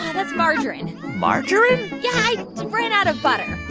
ah that's margarine margarine? yeah, i ran out of butter